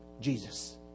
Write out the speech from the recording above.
Jesus